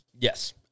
Yes